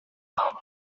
aho